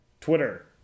Twitter